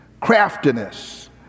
Craftiness